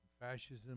Fascism